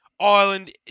Ireland